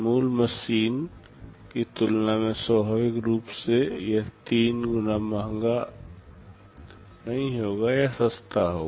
मूल मशीन की तुलना में स्वाभाविक रूप से यह तीन गुना महंगा नहीं होगा यह सस्ता होगा